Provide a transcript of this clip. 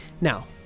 now